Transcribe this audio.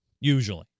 Usually